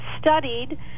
studied